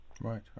right